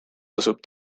tasub